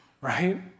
Right